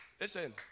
Listen